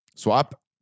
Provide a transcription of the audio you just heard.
swap